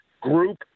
Group